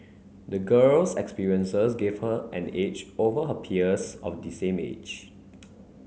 the girl's experiences gave her an edge over her peers of the same age